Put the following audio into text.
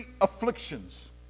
afflictions